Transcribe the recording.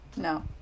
no